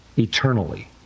Eternally